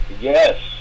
Yes